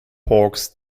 hawks